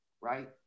right